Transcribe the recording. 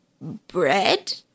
Bread